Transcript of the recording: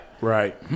Right